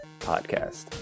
Podcast